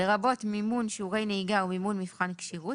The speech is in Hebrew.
לרבות מימון שיעורי נהיגה ומימון מבחן כשירות